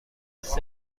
سکه